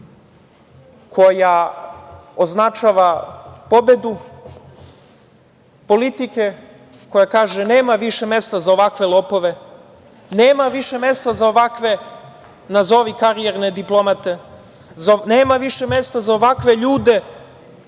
koja označava pobedu, politike koja kaže nema više mesta za ovakve lopove, nema više mesta za ovakve, nazovi karijerne diplomate, nema više mesta za ovakve ljude